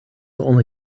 only